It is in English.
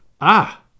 Ah